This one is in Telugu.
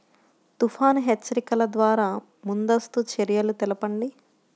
తుఫాను హెచ్చరికల ద్వార ముందస్తు చర్యలు తెలపండి?